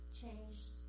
changed